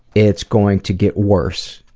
it's going to get worse.